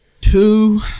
Two